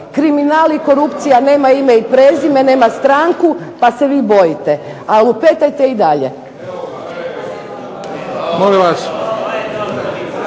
kriminal i korupcija nema ime i prezime, nema stranku pa se vi bojite. A lupetajte i dalje.